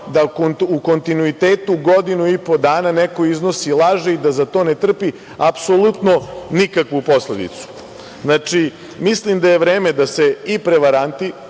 da u kontinuitetu godinu i po dana neko iznosi laži i da za to ne trpi apsolutno nikakvu posledicu. Mislim da je vreme da se i prevaranti,